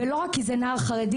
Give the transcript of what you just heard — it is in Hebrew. לא רק כי זה נער חרדי.